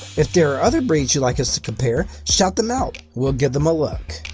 if there are other breeds you'd like us to compare, shout them out, we'll give them a look.